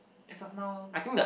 as of now